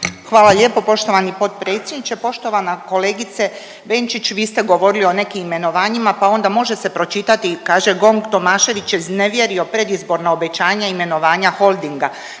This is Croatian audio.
Hvala lijepo poštovani potpredsjedniče. Poštovana kolegice Benčić, vi ste govorili o nekim imenovanja, pa onda može se pročitati, kaže Gong, Tomašević je iznevjerio predizborno obećanje imenovanja Holdinga.